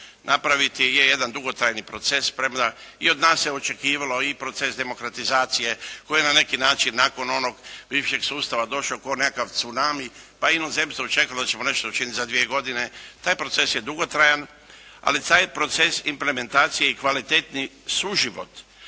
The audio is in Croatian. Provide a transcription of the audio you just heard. napraviti. Je jedan dugotrajni proces premda i od nas se očekivalo i proces demokratizacije koji na neki način nakon onog bivšeg sustava došao kao nekakav tsunami, pa i inozemstvo je čekalo da ćemo nešto učiniti za dvije godine. Taj proces je dugotrajan, ali taj proces implementacije i kvalitetni suživot